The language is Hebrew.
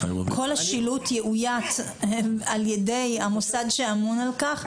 כל השילוט יאוית על ידי המוסד שאמון על כך,